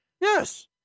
Yes